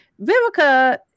Vivica